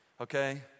okay